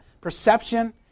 perception